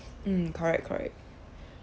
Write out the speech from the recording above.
mm correct correct